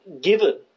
given